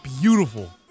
beautiful